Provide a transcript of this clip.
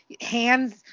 hands